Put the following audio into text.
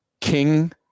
king